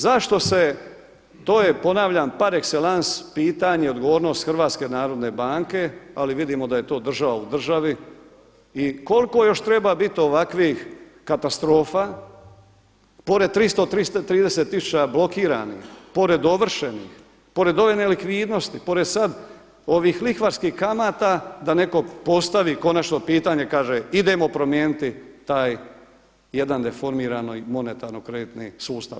Zašto se, to je ponavljam par excellence, pitanje odgovornosti HNB-a ali vidimo da je to država u državi i koliko još treba biti ovakvih katastrofa pored 330 tisuća blokiranih, pored ovršeni, pored ove nelikvidnosti, pored sada ovih lihvarskih kamata da neko postavi konačno pitanje i kaže idemo promijeniti taj jedan deformiran i monetarno kreditni sustav.